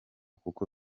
kuko